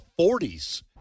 40s